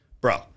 Bro